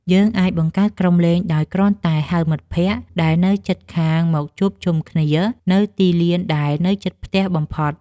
យើងអាចបង្កើតក្រុមលេងដោយគ្រាន់តែហៅមិត្តភក្តិដែលនៅជិតខាងមកជួបជុំគ្នានៅទីលានដែលនៅជិតផ្ទះបំផុត។